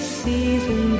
season